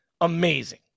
amazing